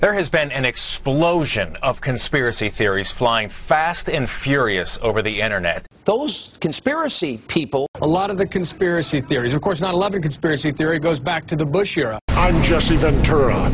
there has been an explosion of conspiracy theories flying fast and furious over the internet those conspiracy people a lot of the conspiracy theories of course not a lot of conspiracy theory goes back to the bush era